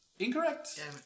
Incorrect